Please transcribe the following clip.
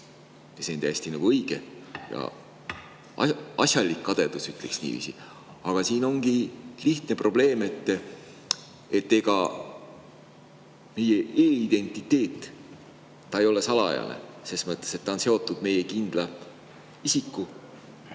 See on täiesti õige ja asjalik kadedus, ütleksin niiviisi. Aga siin ongi lihtne probleem. Ega meie e‑identiteet ei ole salajane ses mõttes, et ta on seotud meie kindla isikuga.